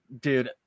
dude